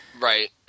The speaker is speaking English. Right